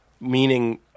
meaning